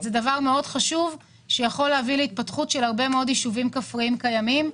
זה דבר מאוד חשוב שיכול להביא להתפתחות של הרבה יישובים כפריים קיימים.